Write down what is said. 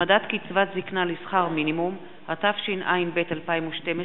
הצמדת קצבת זיקנה לשכר מינימום), התשע"ב 2012,